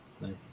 Nice